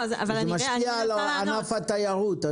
זה משפיע על ענף התיירות.